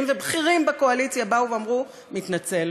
ובכירים בקואליציה באו ואמרו: מתנצל,